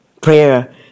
Prayer